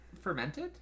fermented